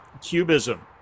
Cubism